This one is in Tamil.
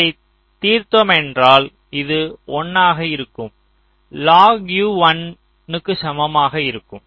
இதை தீர்த்தோம் என்றால் இது 1 ஆக இருக்கும் 1 க்கு சமமாக இருக்கும்